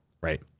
right